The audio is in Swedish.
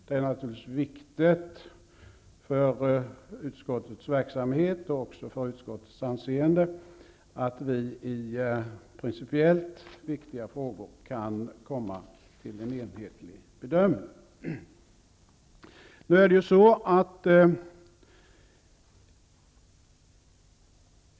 Det är naturligtvis viktigt för utskottets verksamhet men också för utskottets anseende att vi i principiellt viktiga frågor kan komma fram till en enhetlig bedömning.